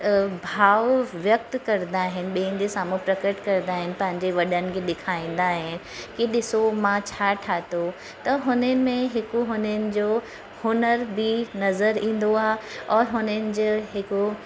भाव व्यक्त कंदा आहिनि ॿियनि जे साम्हूं प्रकट कंदा आहिनि पंहिंजे वॾनि खे ॾेखारींदा आहिनि कि ॾिसो मां छा ठाहियो त हुननि में हिकु हुननि जो हुनर बि नज़र ईंदो आहे और हुननि जे हिकु